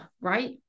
right